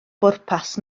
bwrpas